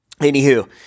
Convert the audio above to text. anywho